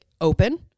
Open